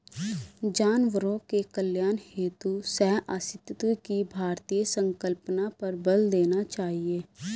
जानवरों के कल्याण हेतु सहअस्तित्व की भारतीय संकल्पना पर बल देना चाहिए